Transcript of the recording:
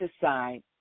decide